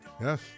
Yes